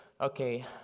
Okay